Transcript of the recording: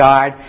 God